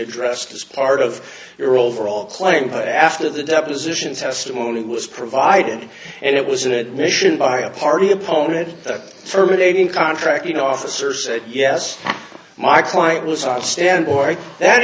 addressed as part of your overall claim but after the deposition testimony was provided and it was an admission by a party opponent that from a dating contracting officer said yes my client was on the stand or that